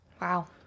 Wow